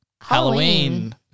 Halloween